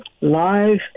live